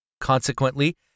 Consequently